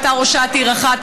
הייתה ראשת עיר אחת,